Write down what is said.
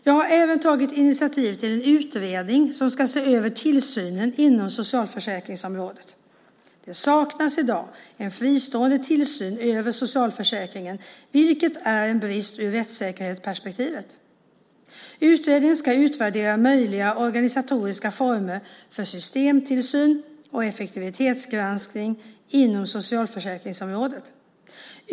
Jag har även tagit initiativ till en utredning som ska se över tillsynen inom socialförsäkringsområdet. Det saknas i dag en fristående tillsyn över socialförsäkringen, vilket är en brist ur rättssäkerhetsperspektivet. Utredningen ska utvärdera möjliga organisatoriska former för systemtillsyn och effektivitetsgranskning inom socialförsäkringsområdet.